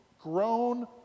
grown